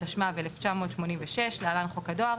התשמ"ו 1986 (להלן - חוק הדואר),